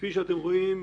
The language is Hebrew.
כפי שאתם רואים,